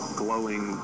glowing